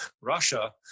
Russia